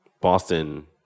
Boston –